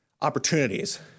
opportunities